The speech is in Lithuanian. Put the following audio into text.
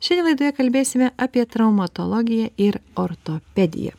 šiandien laidoje kalbėsime apie traumatologiją ir ortopediją